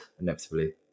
inevitably